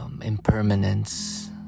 impermanence